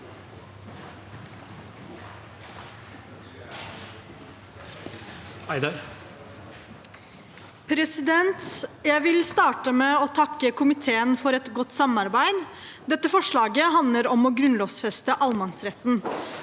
for saken): Jeg vil starte med å takke komiteen for et godt samarbeid. Dette forslaget handler om å grunnlovfeste allemannsretten.